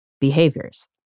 behaviors